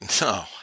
no